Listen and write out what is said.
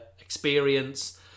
experience